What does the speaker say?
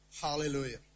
Hallelujah